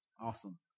awesome